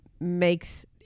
makes